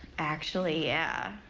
actually, yeah,